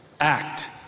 act